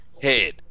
head